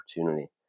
opportunity